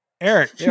Eric